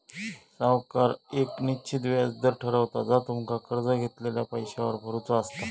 सावकार येक निश्चित व्याज दर ठरवता जा तुमका कर्ज घेतलेल्या पैशावर भरुचा असता